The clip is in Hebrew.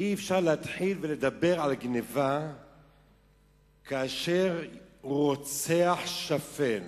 אי-אפשר להתחיל ולדבר על גנבה כאשר רוצח שפל,